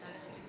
חמש